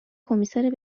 کمیسر